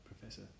Professor